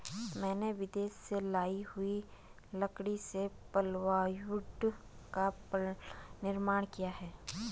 मैंने विदेश से लाई हुई लकड़ी से प्लाईवुड का निर्माण किया है